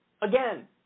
Again